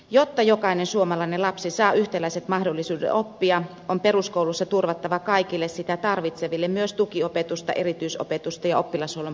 jotta jokainen suomalainen lapsi saa yhtäläiset mahdollisuudet oppia on peruskoulussa turvattava kaikille sitä tarvitseville myös tukiopetusta erityisopetusta ja oppilashuollon palveluita